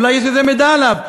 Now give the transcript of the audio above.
אולי יש איזה מידע עליו?